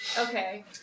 Okay